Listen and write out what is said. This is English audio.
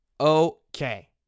Okay